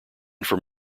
from